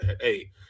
Hey